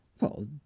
Well